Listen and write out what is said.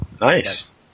Nice